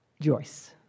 Joyce